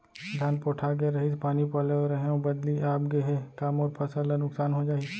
धान पोठागे रहीस, पानी पलोय रहेंव, बदली आप गे हे, का मोर फसल ल नुकसान हो जाही?